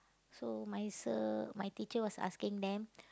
so my sir my teacher was asking them